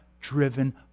driven